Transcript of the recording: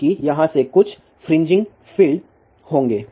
क्योंकि यहाँ से कुछ फ्रिंजिंग फील्ड होंगे